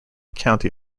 county